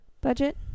budget